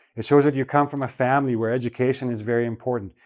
it shows that you come from a family where education is very important.